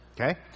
Okay